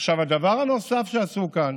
עכשיו, הדבר הנוסף שעשו כאן